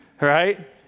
right